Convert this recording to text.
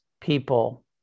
people